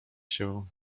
się